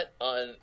on